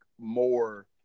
more